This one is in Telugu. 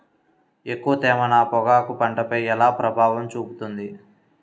ఎక్కువ తేమ నా పొగాకు పంటపై ఎలా ప్రభావం చూపుతుంది?